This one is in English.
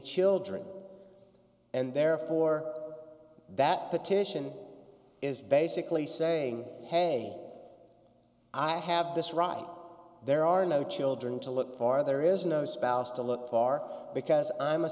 children and therefore that petition is basically saying hey i have this right there are no children to look for there is no spouse to look far because i'm a